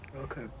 Okay